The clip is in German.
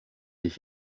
ich